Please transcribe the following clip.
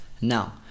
Now